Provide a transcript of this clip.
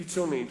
קיצונית,